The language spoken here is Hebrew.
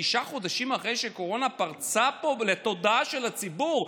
תשעה חודשים אחרי שהקורונה פרצה פה לתודעה של הציבור?